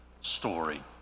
story